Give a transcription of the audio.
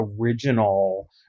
original